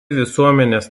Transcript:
visuomenės